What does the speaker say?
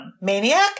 maniac